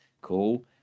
cool